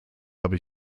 habe